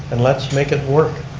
and let's make it work.